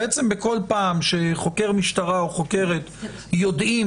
בכל פעם שחוקר משטרה או חוקרת יודעים